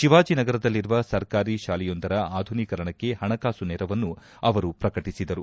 ಶಿವಾಜಿನಗರದಲ್ಲಿರುವ ಸರ್ಕಾರಿ ಶಾಲೆಯೊಂದರ ಆಧುನೀಕರಣಕ್ಕೆ ಪಣಕಾಸು ನೆರವನ್ನು ಅವರು ಪ್ರಕಟಿಸಿದರು